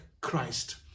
Christ